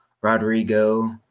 Rodrigo